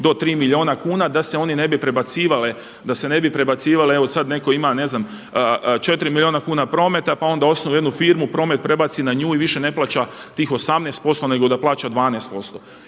do 3 milijuna kuna da se oni ne bi prebacivali, da se ne bi prebacivale, evo sad netko ima ne znam 4 milijuna kuna prometa, pa onda osnuje jednu firmu, promet prebaci na nju i više ne plaća tih 18% nego da plaća 12%.